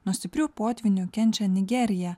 nuo stiprių potvynių kenčia nigerija